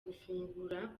gufungura